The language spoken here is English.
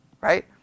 right